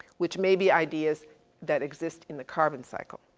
which maybe ideas that exists in the carbon cycle,